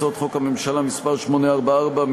הצעות חוק הממשלה מס' 844,